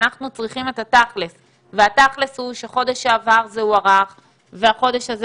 אנחנו צריכים את התכלס והתכלס הוא שבחודש שעבר זה הוארך והחודש הזה